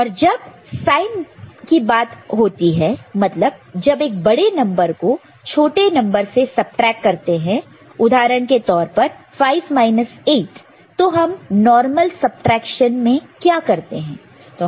और जब साइन की बात होती है मतलब जब एक बड़े नंबर को छोटे नंबर से सबट्रैक करते हैं उदाहरण के तौर पर 5 8 तो हम नॉर्मल डेसिमल सबट्रैक्शन में क्या करते हैं